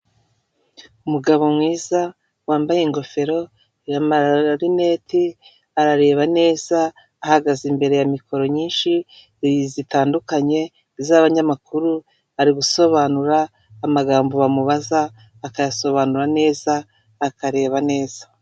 Umugabo mwiza wambaye ingofero amarinete arareba neza ahagaze imbere ya mikoro nyinshi zitandukanye z'abanyamakuru, ari gusobanura amagambo bamubaza akayasobanura neza akareba neza.